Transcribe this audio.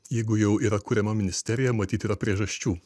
jeigu jau yra kuriama ministerija matyt yra priežasčių